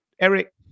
Eric